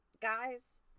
guys